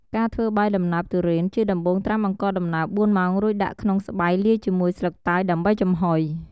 ការធ្វើបាយដំណើបទុរេន ជាដំបូងត្រាំអង្ករដំណើប៤ម៉ោងរួចដាក់ក្នុងស្បៃលាយជាមួយស្លឹកតើយដើម្បីចំហុយ។